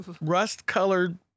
rust-colored